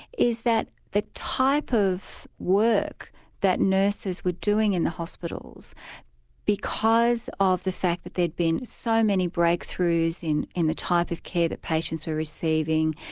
is that the type of work that nurses were doing in the hospitals because of the fact that there'd been so many breakthroughs in in the type of care that patients were receiving,